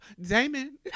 Damon